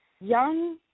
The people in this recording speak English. young